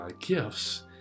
gifts